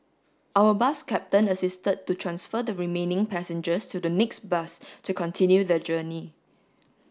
our bus captain assisted to transfer the remaining passengers to the next bus to continue their journey